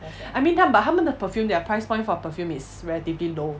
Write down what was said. I mean 他 but 他们的 perfume their price point for perfume is relatively low